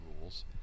rules